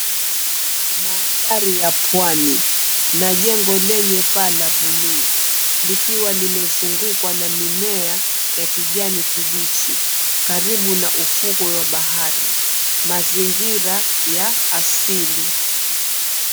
Maandhari ya pwani na jengo lenye paa la bluu likiwa limezungukwa na mimea ya kijani kibichi, karibu na ufukwe wa bahari, Mazingira ya asili.